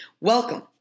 Welcome